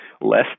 less